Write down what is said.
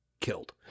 killed